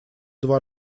два